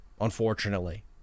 unfortunately